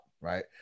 Right